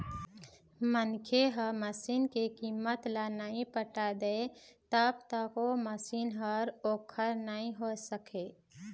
मनखे ह मसीन के कीमत ल नइ पटा दय तब तक ओ मशीन ह ओखर नइ होय सकय